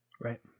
Right